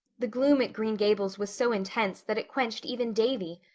the gloom at green gables was so intense that it quenched even davy.